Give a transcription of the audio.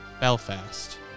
Belfast